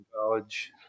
college